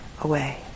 away